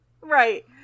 Right